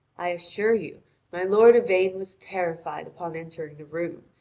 i assure you my lord yvain was terrified upon entering the room,